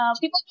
people